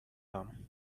harm